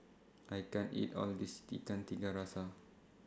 I can't eat All of This Ikan Tiga Rasa